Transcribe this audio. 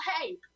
hey